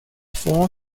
four